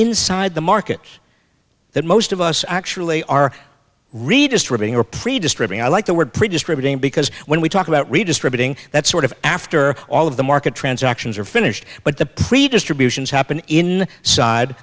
inside the market that most of us actually are redistributing are pretty disturbing i like the word produced riveting because when we talk about redistributing that sort of after all of the market transactions are finished but the previous tribulations happened in side